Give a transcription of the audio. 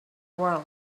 world